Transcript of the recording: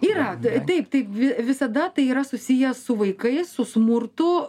yra taip taip visada tai yra susiję su vaikais su smurtu